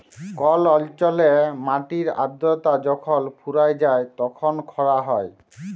call অল্চলে মাটির আদ্রতা যখল ফুরাঁয় যায় তখল খরা হ্যয়